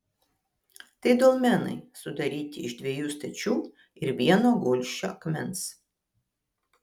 tai dolmenai sudaryti iš dviejų stačių ir vieno gulsčio akmens